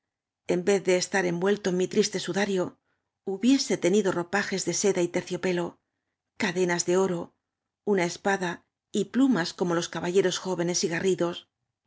en vez de estar envuelto en m i triste sudario hubiese tenido ropajes de seda y terciopelo cadenas de oro una espada y plumas como los caballeros jdveaos y garridas